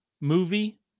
Movie